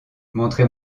montrez